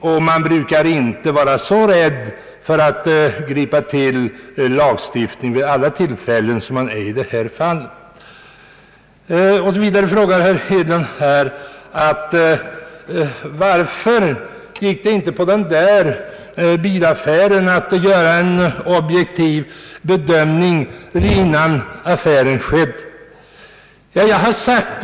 Man brukar för övrigt inte vara så rädd att gripa till en lagstiftning vid andra tillfällen som man är i det här fallet. Vidare frågar herr Hedlund beträffande den diskuterade bilaffären varför ingen objektiv bedömning skedde innan affären avslutades.